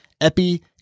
epi